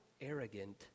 arrogant